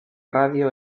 radio